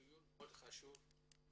הדיון הוא מאוד חשוב והכרחי.